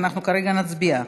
אנחנו נצביע,